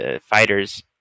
fighters